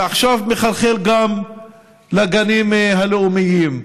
ועכשיו מחלחל גם לגנים הלאומיים.